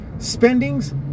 Spendings